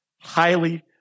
highly